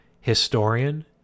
historian